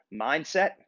Mindset